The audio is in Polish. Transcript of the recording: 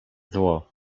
zło